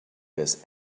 this